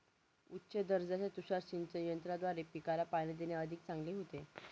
उच्च दर्जाच्या तुषार सिंचन यंत्राद्वारे पिकाला पाणी देणे अधिक चांगले होते